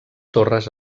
torres